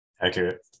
Accurate